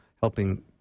helping